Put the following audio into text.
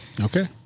Okay